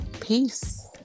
Peace